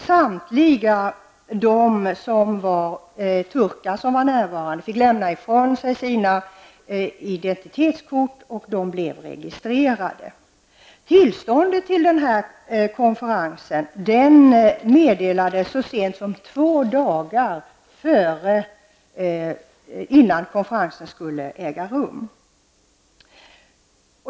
Samtliga de turkar som var närvarande fick lämna ifrån sig sina identitetskort, och de blev registrerade. Tillståndet till konferensen meddelades så sent som två dagar innan konferensen skulle äga rum.